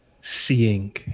seeing